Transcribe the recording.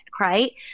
right